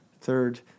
Third